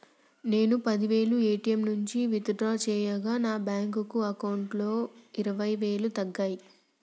నేను పది వేలు ఏ.టీ.యం నుంచి విత్ డ్రా చేయగా నా బ్యేంకు అకౌంట్లోకెళ్ళి ఇరవై వేలు తగ్గాయి